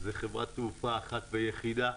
זו חברת תעופה אחת ויחידה,